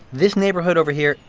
this neighborhood over here,